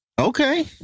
Okay